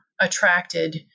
attracted